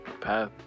Path